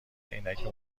عینک